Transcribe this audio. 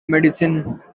medicine